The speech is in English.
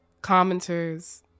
commenters